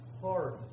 Hard